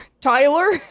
Tyler